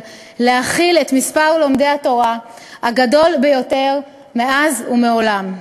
להכיל את מספר לומדי התורה הגדול ביותר מאז ומעולם.